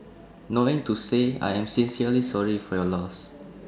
knowing to say I am sincerely sorry for your loss